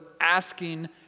asking